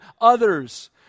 others